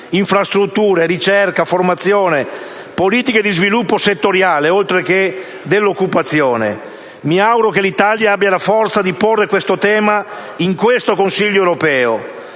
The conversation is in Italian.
infrastrutture, ricerca, formazione, politiche di sviluppo settoriale oltre che dell'occupazione. Mi auguro che l'Italia abbia la forza di porre tale tema in questo Consiglio europeo,